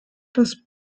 das